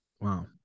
Wow